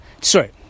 sorry